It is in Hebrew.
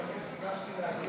הצעת החוק לא התקבלה.